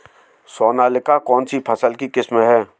सोनालिका कौनसी फसल की किस्म है?